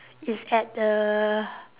is at the